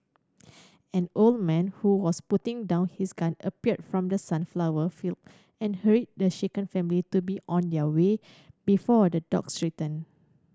an old man who was putting down his gun appeared from the sunflower field and hurried the shaken family to be on their way before the dogs return